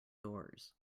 doors